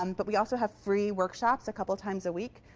um but we also have free workshops a couple times a week,